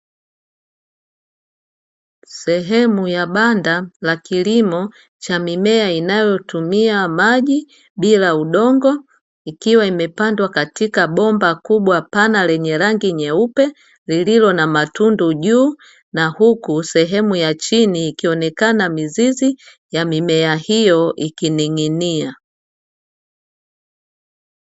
Sehemu ya banda la kilimo cha mimea inayotumia maji bila udongo, ikiwa imepandwa katika bomba kubwa pana lenye rangi nyeupe lililo na matundu juu, na huku sehemu ya chini ikionekana mizizi ya mimea hiyo ikining'inia.